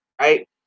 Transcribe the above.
Right